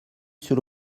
sur